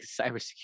cybersecurity